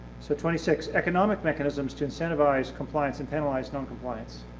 so twenty six, economic mechanisms to incentivize compliance and penalize noncompliance.